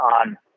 on